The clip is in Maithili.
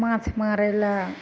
माँछ मारै लए